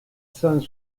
cent